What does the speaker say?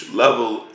level